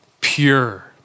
pure